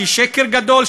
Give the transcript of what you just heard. שהיא שקר גדול,